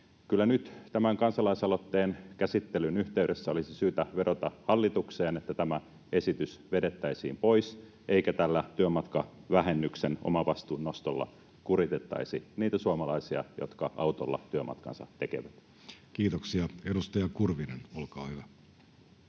Kyllä nyt tämän kansalaisaloitteen käsittelyn yhteydessä olisi syytä vedota hallitukseen, että tämä esitys vedettäisiin pois eikä tällä työmatkavähennyksen omavastuun nostolla kuritettaisi niitä suomalaisia, jotka autolla työmatkansa tekevät. Kiitoksia. — Edustaja Kurvinen, olkaa hyvä.